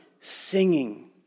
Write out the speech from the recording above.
singing